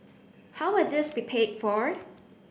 how will this be paid for